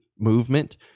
movement